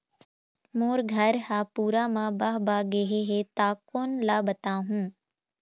मोर घर हा पूरा मा बह बह गे हे हे ता कोन ला बताहुं?